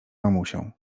mamusią